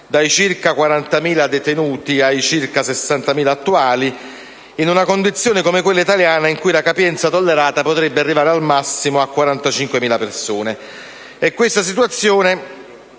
dai circa 40.000 detenuti ai circa 60.000 attuali, in una condizione come quella italiana in cui la capienza tollerata potrebbe arrivare al massimo a 45.000 persone.